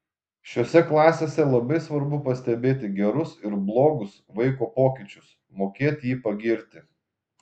šiose klasėse labai svarbu pastebėti gerus ir blogus vaiko pokyčius mokėt jį pagirti